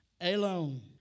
Alone